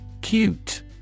Cute